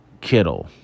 Kittle